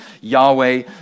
Yahweh